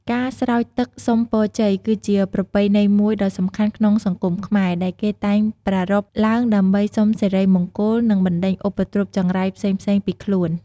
ការស្រោចទឹកសុំពរជ័យគឺជាប្រពៃណីមួយដ៏សំខាន់ក្នុងសង្គមខ្មែរ ដែលគេតែងប្រារព្ធឡើងដើម្បីសុំសិរីមង្គល និងបណ្ដេញឧបទ្រពចង្រៃផ្សេងៗពីខ្លួន។